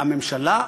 הממשלה,